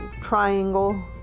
triangle